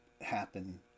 happen